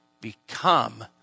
become